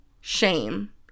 shame